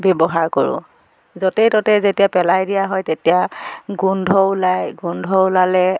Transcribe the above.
ব্যৱহাৰ কৰোঁ য'তে ত'তে যেতিয়া পেলাই দিয়া হয় তেতিয়া গোন্ধ ওলাই গোন্ধ ওলালে